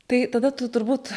tai tada tu turbūt